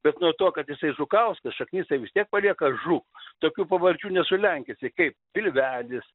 bet nuo to kad jisai žukauskas šaknis tai vis tiek palieka žuk tokių pavardžių nesulenkinsi kaip pilvelis